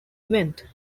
event